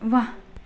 वाह